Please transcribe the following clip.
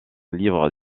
livre